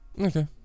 Okay